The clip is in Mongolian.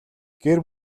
гэр